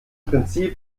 prinzip